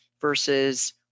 versus